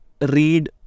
read